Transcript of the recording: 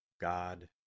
God